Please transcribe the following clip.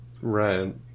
right